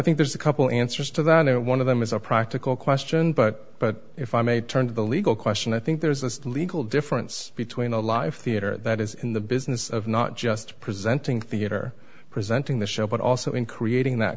think there's a couple answers to that one of them is a practical question but but if i may turn to the legal question i think there is a legal difference between a live theater that is in the business of not just presenting theater presenting the show but also in creating that